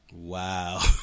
Wow